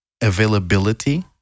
availability